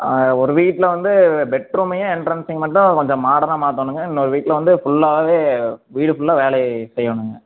ஆ ஒரு வீட்டில வந்து பெட்ரூம்மையும் எண்ட்ரன்ஸையும் மட்டும் கொஞ்சம் மாடர்னாக மாத்தனுங்க இன்னோரு வீட்டி வந்து ஃபுல்லாகவே வீடு ஃபுல்லாக வேலை செய்யனுங்க